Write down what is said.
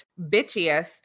bitchiest